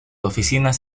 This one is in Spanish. oficinas